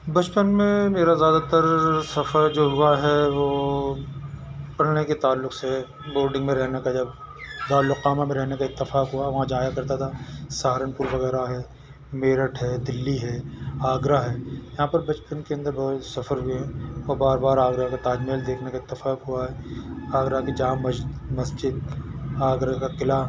بچپن میں میرا زیادہ تر سفر جو ہوا ہے وہ پڑھنے کے تعلق سے بورڈنگ میں رہنے کا جب دار الاقامہ میں رہنے کا اتفاق ہوا وہاں جایا کرتا تھا سہارنپور وغیرہ ہے میرٹھ ہے دلّی ہے آگرہ ہے یہاں پر بچپن کے اندر بہت سفر بھی ہیں اور بار بار آگرہ کا تاج محل دیکھنے کا اتفاق ہوا ہے آگرہ کی جامع مسجد مسجد آگرے کا قلعہ